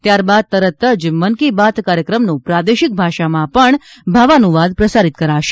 ત્યારબાદ તરત જ મન કી બાત કાર્યક્રમનો પ્રાદેશિક ભાષામાં ભાવાનુવાદ પ્રસારિત કરાશે